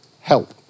help